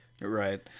Right